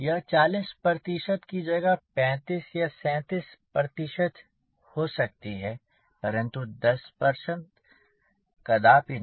यह 40 की जगह 35 या 37 हो सकती है परंतु 10 कदापि नहीं